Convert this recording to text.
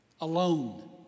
Alone